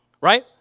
Right